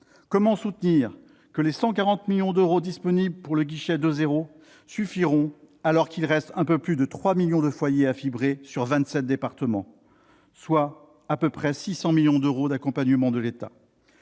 Comment soutenir que les 140 millions d'euros disponibles pour le guichet 2.0 suffiront, alors qu'il reste un peu plus de 3 millions de foyers à fibrer sur 27 départements, ce qui nécessite environ 600 millions d'euros d'accompagnement de l'État ?